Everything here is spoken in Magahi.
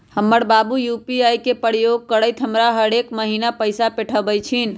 हमर बाबू यू.पी.आई के प्रयोग करइते हमरा हरेक महिन्ना पैइसा पेठबइ छिन्ह